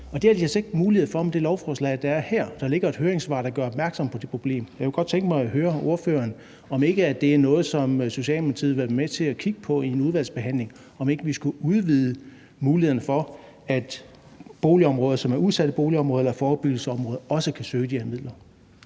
det har de altså ikke mulighed for med det lovforslag, der er her. Der ligger et høringssvar, der gør opmærksom på det problem. Jeg kunne godt tænke mig at høre ordføreren, om ikke det er noget, som Socialdemokratiet ville være med til at kigge på i en udvalgsbehandling, altså om ikke vi skulle udvide mulighederne for, at boligområder, som er udsatte boligområder eller forebyggelsesområder, også kan søge de her midler?